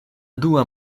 dua